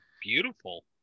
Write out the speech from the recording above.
beautiful